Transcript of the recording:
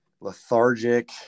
lethargic